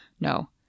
No